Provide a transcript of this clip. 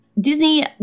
Disney